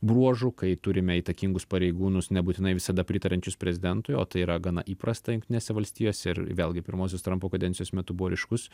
bruožų kai turime įtakingus pareigūnus nebūtinai visada pritariančius prezidentui o tai yra gana įprasta jungtinėse valstijose ir vėlgi pirmosios trampo kadencijos metu buvo ryškus